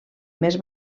més